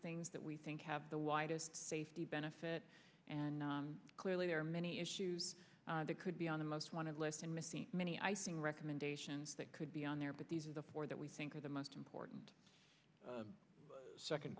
things that we think have the widest safety benefit and clearly there are many issues that could be on the most wanted list and missing many i think recommendations that could be on there but these are the four that we think are the most important second